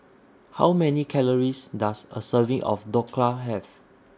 How Many Calories Does A Serving of Dhokla Have